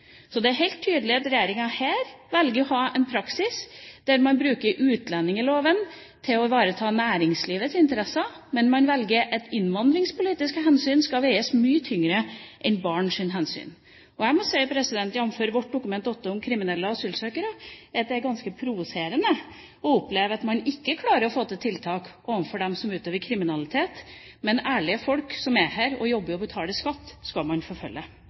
Så det er helt tydelig at regjeringa her velger å ha en praksis der man bruker utlendingsloven til å ivareta næringslivets interesser, men man velger at innvandringspolitiske hensyn skal veie mye tyngre enn barns hensyn. Og jeg må si – jf. vårt Dokument 8-forslag om kriminelle asylsøkere – at det er ganske provoserende å oppleve at man ikke klarer å få til tiltak overfor dem som utøver kriminalitet, men ærlige folk som er her og jobber og betaler skatt, skal man forfølge.